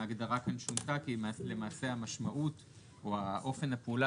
ההגדרה כאן שונתה כי למעשה המשמעות או אופן הפעולה